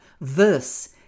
verse